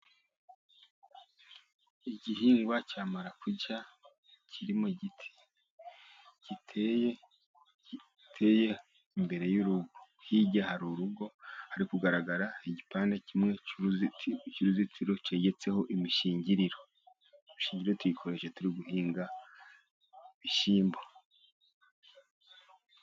Igihingwa cya marakuja, kiri mu giti giteye imbere y'urugo, hirya hari urugo, hari kugaragara igipande kimwe cy'uruzitiro, cyegetseho imishingiriro. Imishingiro tuyikoresha turi guhinga ibishyimbo.